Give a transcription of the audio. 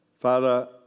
Father